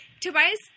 Tobias